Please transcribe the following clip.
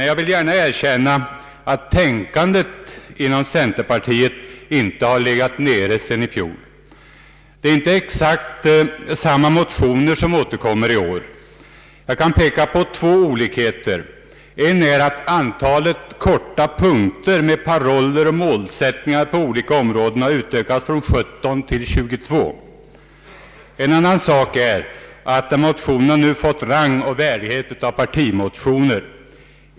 Jag vill gärna erkänna att tänkandet inom centerpartiet inte har legat nere sedan i fjol. Det är inte exakt samma motioner som återkommer. Jag kan peka på två olikheter. En av dem är att antalet korta punkter med paroller och målsättningar på olika områden har utökats från 17 till 22. En annan är att motionerna nu har fått rang och värdighet av partimotioner.